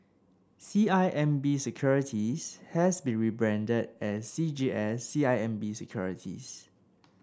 C I M B Securities has been rebranded as C G S C I M B Securities